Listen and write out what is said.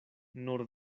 nur